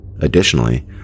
Additionally